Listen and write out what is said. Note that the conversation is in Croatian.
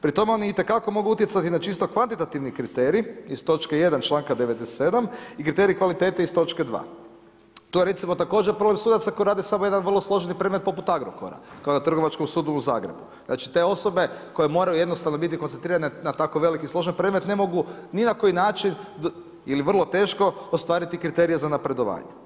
Pri tome oni itekako mogu utjecati na čisto kvantitativni kriterij iz točke 1. članka 97. i kriterij kvalitete iz točke 2. Tu je recimo također problem sudaca koji rade samo jedan vrlo složeni predmet poput Agrokora kao na Trgovačkom sudu u Zagrebu, znači te osobe koje moraju jednostavno biti koncentrirane na tako veliki i složen predmet, ne mogu ni na koji način ili vrlo teško ostvariti kriterije za napredovanje.